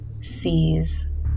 sees